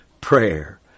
prayer